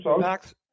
Max